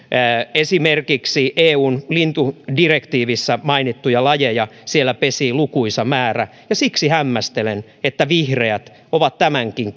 esimerkiksi eun lintudirektiivissä mainittuja lajeja siellä pesii lukuisa määrä ja siksi hämmästelen että vihreät ovat tämänkin